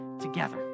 together